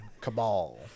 cabal